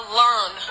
learn